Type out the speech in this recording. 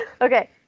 Okay